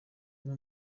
umwe